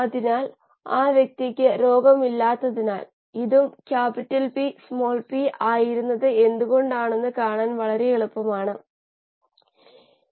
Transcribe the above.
അതിനാൽ ഒരു വസ്തുവിനു ദാനം ചെയ്യാൻ കഴിയുന്ന ഇലക്ട്രോണുകളുടെ എണ്ണമായി ഇത് മനസ്സിലാക്കുന്നു